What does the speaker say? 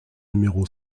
numéro